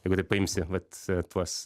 jeigu taip paimsi vat tuos